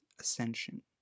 Ascension